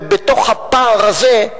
ובתוך הפער הזה,